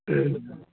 ਅਤੇ